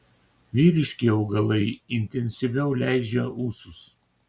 vyriški augalai intensyviau leidžia ūsus